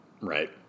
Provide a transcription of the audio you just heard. right